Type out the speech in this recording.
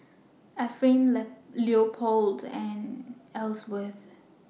Ephraim Leopold and Elsworth